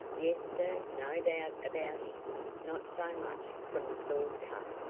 yes, sir, no doubt about it not so much from the sword cut,